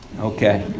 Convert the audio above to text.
Okay